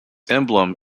emblem